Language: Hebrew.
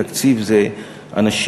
תקציב זה אנשים,